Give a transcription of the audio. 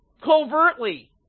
Covertly